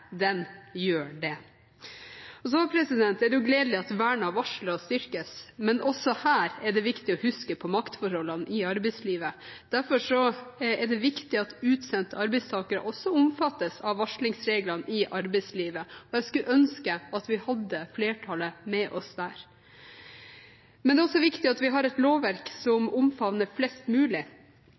er det viktig å huske på maktforholdene i arbeidslivet. Derfor er det viktig at utsendte arbeidstakere også omfattes av varslingsreglene i arbeidslivet, og jeg skulle ønske at vi hadde flertallet med oss der. Det er også viktig at vi har et lovverk som omfatter flest mulig.